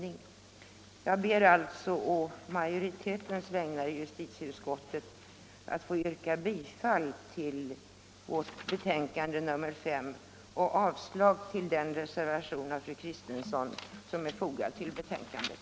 Jag ber alltså att på utskottsmajoritetens vägnar få yrka bifall till justitieutskottets hemställan, vilket innebär avslag på den reservation som fru Kristensson fogat till betänkandet.